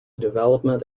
development